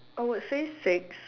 I would say six